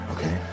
Okay